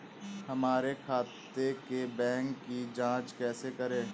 हमारे खाते के बैंक की जाँच कैसे करें?